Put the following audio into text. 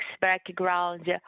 background